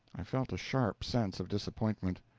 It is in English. i felt a sharp sense of disappointment.